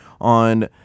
on